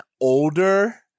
older